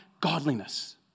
godliness